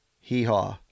Hee-haw